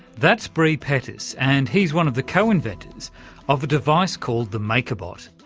that's bre pettis and he's one of the co-inventors of a device called the makerbot.